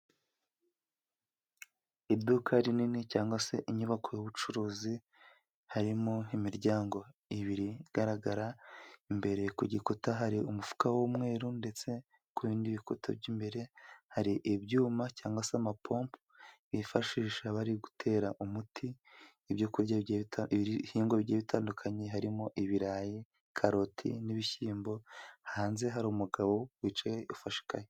Iduka rinini cyangwa se inyubako y'ubucuruzi harimo imiryango ebyiri igaragara, imbere ku gikuta hari umufuka w'umweru ndetse ku bindi bikuta by'imbere hari ibyuma cyangwa se amapompo, bifashisha bari gutera umuti ibyo kurya bigiye bita ibihingwa bigiye bitandukanye harimo: ibirayi, karoti, n'ibishyimbo. Hanze hari umugabo wicaye ufashe ikayi.